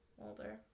Older